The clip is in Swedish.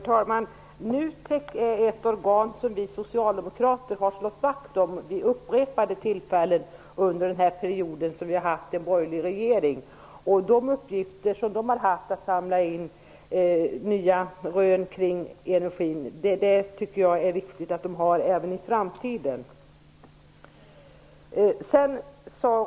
Herr talman! NUTEC är ett organ som vi socialdemokrater har slagit vakt om vid upprepade tillfällen under den period som vi har haft en borgerlig regering. Jag tycker att det är viktigt att NUTEC även i framtiden har till uppgift att samla in nya rön kring energin.